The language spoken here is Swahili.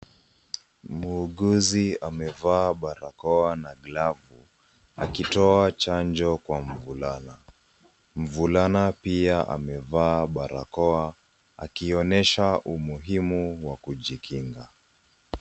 Muuguzi amevaa barakoa na glavu, akitoa chanjo ka mvulana. Mvulana pia amevaa barakoa akionyesha umuhimu wa kujikinga.